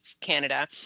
canada